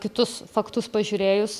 kitus faktus pažiūrėjus